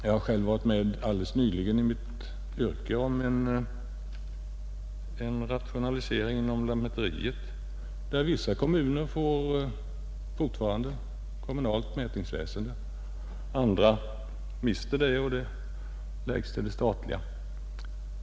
Jag har själv i mitt yrke alldeles nyligen varit med om en rationalisering inom lantmäteriet, som innebär att vissa kommuner fortfarande får kommunalt mätningsväsende medan andra mister det, varvid verksamheten överförs i statlig regi.